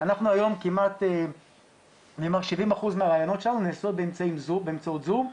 היום כמעט 70% מהריאיונות נעשים באמצעות הזום.